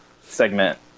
segment